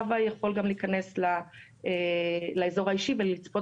האבא יכול גם להיכנס לאזור האישי ולצפות